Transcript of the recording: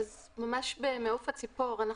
ממש במעוף הציפור,